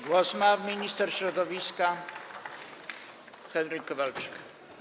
Głos ma minister środowiska Henryk Kowalczyk.